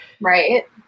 Right